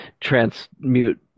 transmute